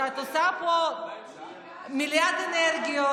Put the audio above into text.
שאת פה מלאת אנרגיות,